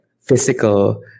physical